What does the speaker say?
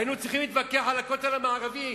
היינו צריכים להתווכח על הכותל המערבי,